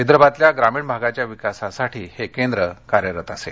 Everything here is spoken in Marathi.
विदर्भातल्या ग्रामीण भागाच्या विकासासाठी हे केंद्र कार्यरत असेल